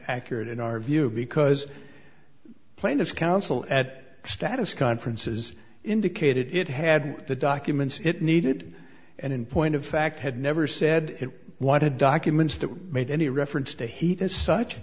accurate in our view because plaintiff's counsel at status conferences indicated it had the documents it needed and in point of fact had never said what it documents that made any reference to heat as such